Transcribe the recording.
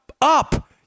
up